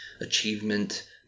achievement